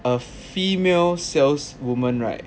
a female sales woman right